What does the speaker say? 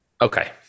Okay